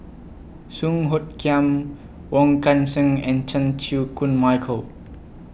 Song Hoot Kiam Wong Kan Seng and Chan Chew Koon Michael